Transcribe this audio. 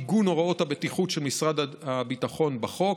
עיגון הוראות הבטיחות של משרד הביטחון בחוק,